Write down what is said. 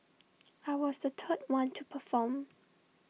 I was the third one to perform